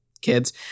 kids